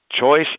Choice